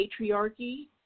patriarchy